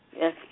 Yes